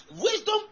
wisdom